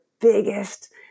biggest